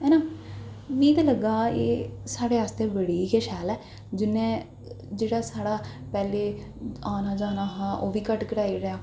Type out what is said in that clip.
है ना मी ते लग्गा दा एह् साढ़े आस्तै बड़ी गै शैल ऐ जि'न्नै जेह्ड़ा साढ़ा पैह्लें औना जाना हा ओह् बी घट्ट कराई ओड़ेआ